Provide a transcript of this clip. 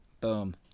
Boom